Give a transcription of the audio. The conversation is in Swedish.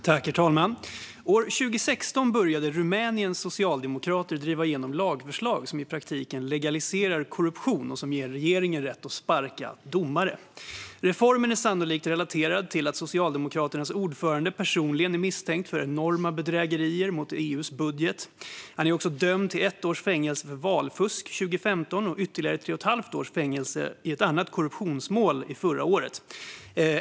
Herr talman! År 2016 började Rumäniens socialdemokrater att driva igenom lagförslag som i praktiken legaliserar korruption och ger regeringen rätt att sparka domare. Reformen är sannolikt relaterad till att socialdemokraternas ordförande personligen är misstänkt för enorma bedrägerier mot EU:s budget. Han har också blivit dömd till ett års fängelse för valfusk år 2015 och ytterligare tre och ett halvt års fängelse i ett annat korruptionsmål förra året.